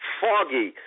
foggy